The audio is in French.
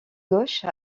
gauche